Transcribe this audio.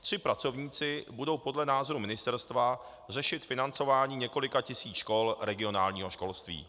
Tři pracovníci budou podle názoru Ministerstva řešit financování několika tisíc škol regionálního školství.